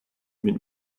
mit